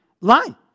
line